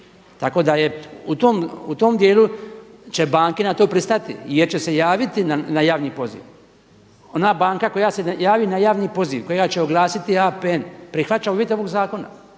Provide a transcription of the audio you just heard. Tako da je, u tom dijelu će banke na to pristati jer će se javiti na javni poziv. Ona banka koja …/Govornik se ne razumije./… javi na javni poziv, koja će oglasiti APN prihvaća uvjete ovog zakona